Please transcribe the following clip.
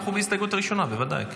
אנחנו בהסתייגות הראשונה, בוודאי.